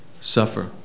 Suffer